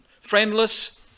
Friendless